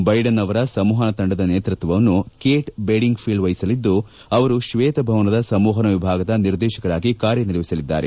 Biden ಅವರ ಸಂವಹನ ತಂಡದ ನೇತೃತ್ವವನ್ನು ಕೇಟ್ ಬೇಡಿಂಗ್ ಫೀಲ್ಡ್ ವಹಿಸಲಿದ್ದು ಅವರು ಶ್ವೇತಭವನದ ಸಂವಹನ ವಿಭಾಗದ ನಿರ್ದೇಶಕರಾಗಿ ಕಾರ್ಯ ನಿರ್ವಹಿಸಲಿದ್ದಾರೆ